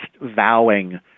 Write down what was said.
vowing